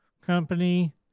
company